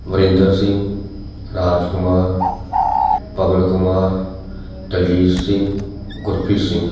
Varinder Singh Raj Kumar Pawan Kumar Daljit Singh Gurpreet Singh